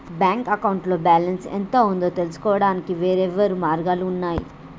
bank అకౌంట్లో balance ఎంత ఉందో తెలుసుకోవడానికి వేర్వేరు మార్గాలు ఉన్నయి